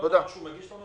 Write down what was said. --- כל מה שהוא מגיש לנו,